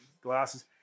glasses